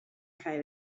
cael